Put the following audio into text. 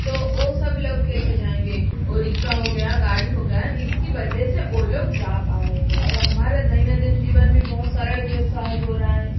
तो वो सब लोग कैसे जाऍंगे वो रिक्शा हो गया गाड़ी हो गया इसकी वजह से वो लोग जा पा रहे हैं और हमारा दैन्य दीन जीवन भी बहुत सरल सहज हो रहा है